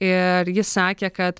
ir ji sakė kad